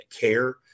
care